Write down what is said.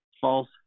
false